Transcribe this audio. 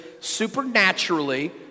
supernaturally